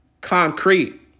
concrete